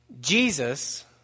Jesus